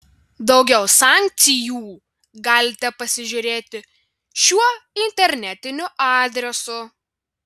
daugiau sankcijų galite pasižiūrėti šiuo internetiniu adresu